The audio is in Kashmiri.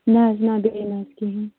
نَہ حظ نَہ بیٚیہِ نَہ حظ کِہیٖنۍ